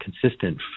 consistent